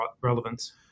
relevance